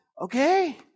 okay